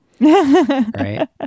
Right